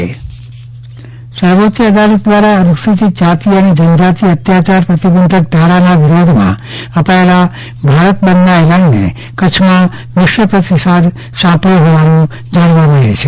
ચંદ્રવદન પટ્ટણી કચ્છમાં ભારતબંધ સર્વોચ્ચ અદાલત દ્વારા અનુસુચિત જાતિ અને જનજાતિ અત્યાચાર પ્રતિબંધક ધારાના વિરોધમાં અપાયેલા ભારત બંધના એલાનને કચ્છમાં મિશ્ર પ્રતિસાદ સાપડયો હોવાનું જાણવા મળે છે